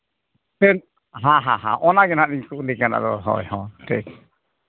ᱪᱮᱫ ᱦᱮᱸ ᱦᱮᱸ ᱚᱱᱟᱜᱮ ᱦᱟᱸᱜ ᱞᱤᱧ ᱠᱷᱩᱵᱽ ᱞᱤᱧ ᱦᱳᱭ ᱦᱳᱭ ᱴᱷᱤᱠ